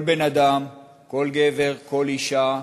כל בן-אדם, כל גבר, כל אישה,